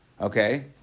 Okay